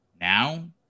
Now